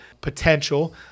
potential